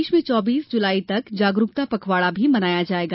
प्रदेश में चौबीस जुलाई तक जागरूकता पखवाड़ा भी मनाया जायेगा